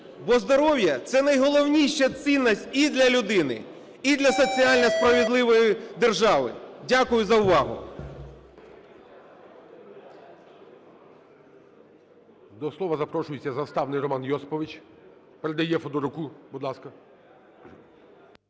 бо здоров'я – це найголовніша цінність і для людини, і для соціально справедливої держави. Дякую за увагу.